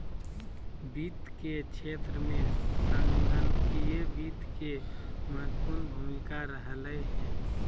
वित्त के क्षेत्र में संगणकीय वित्त के महत्वपूर्ण भूमिका रहलय हें